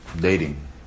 dating